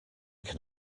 can